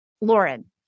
Lauren